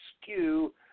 skew